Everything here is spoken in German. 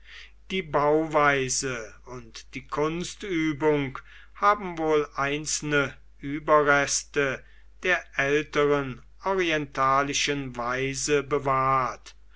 die bauweise und die kunstübung haben wohl einzelne überreste der älteren orientalischen weise bewahrt